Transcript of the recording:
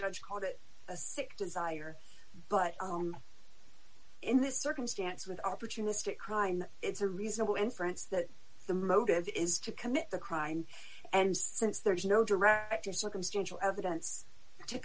judge called it a sick desire but in this circumstance with opportunistic crime it's a reasonable inference that the motive is to commit the crime and since there is no direct or circumstantial evidence to